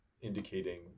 indicating